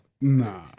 Nah